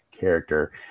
character